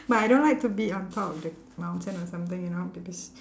but I don't like to be on top of the mountain or something you know because